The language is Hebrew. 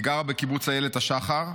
היא גרה בקיבוץ איילת השחר.